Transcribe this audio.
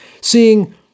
Seeing